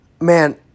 Man